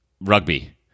Rugby